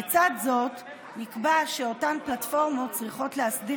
לצד זאת נקבע שאותן פלטפורמות צריכות להסדיר